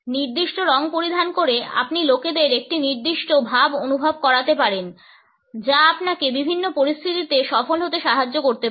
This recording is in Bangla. নির্দিষ্ট রং পরিধান করে আপনি লোকেদের একটি নির্দিষ্ট ভাব অনুভব করাতে পারেন যা আপনাকে বিভিন্ন পরিস্থিতিতে সফল হতে সাহায্য করতে পারে